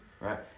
right